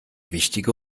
wichtige